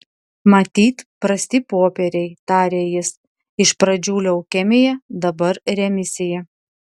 matyt prasti popieriai tarė jis iš pradžių leukemija dabar remisija